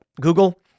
Google